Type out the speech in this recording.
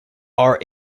are